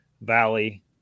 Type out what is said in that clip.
valley